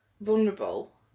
vulnerable